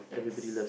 yes